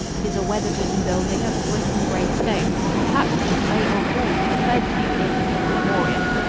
it is a weatherbeaten building of brick and gray stone and perhaps the gray old grange referred to in in memoriam.